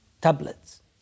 tablets